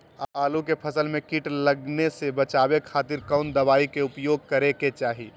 आलू के फसल में कीट लगने से बचावे खातिर कौन दवाई के उपयोग करे के चाही?